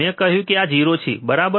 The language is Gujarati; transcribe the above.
મેં કહ્યું કે આ 0 છે બરાબર